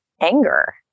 anger